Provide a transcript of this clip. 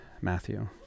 Matthew